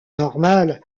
normal